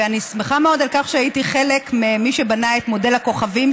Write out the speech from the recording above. ואני שמחה מאוד על כך שהייתי מאלה שבנו את מודל הכוכבים,